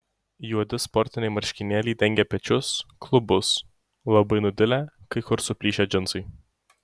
juodi sportiniai marškinėliai dengė pečius klubus labai nudilę kai kur suplyšę džinsai